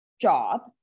job